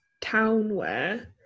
townwear